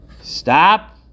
Stop